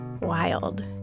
wild